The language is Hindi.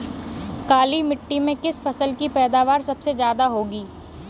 काली मिट्टी में किस फसल की पैदावार सबसे ज्यादा होगी?